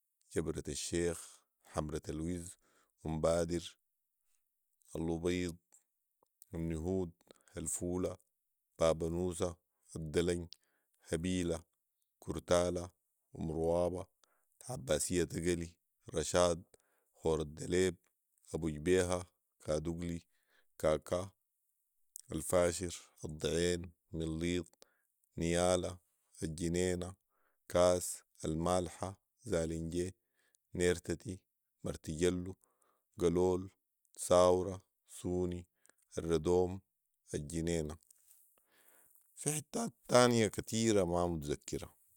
جبرة الشيخ ،حمرة الوز ،ام بادر ،الابيض ،النهود ،الفوله، بابنوسه ،الدلنج ،هبيلا ،كورتالا، امروابه ،العباسيه تقلي ،رشاد ،خورالدليب ،ابوجبيهه ،كادقلي، كاكا، الفاشر، الضعين ،مليط ،نيالا، الجنينه، كاس، المالحه، زالنجي ،نيرتتي ،مرتجلو ،قلول ،ساورا ، سوني ، الردوم، الجنينه. في حتات تانيه كتيره ما متزكرها